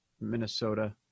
Minnesota